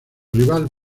rival